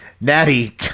Natty